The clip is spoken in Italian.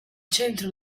centro